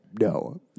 no